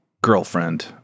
girlfriend-